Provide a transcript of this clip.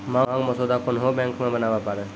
मांग मसौदा कोन्हो बैंक मे बनाबै पारै